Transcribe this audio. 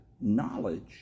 knowledge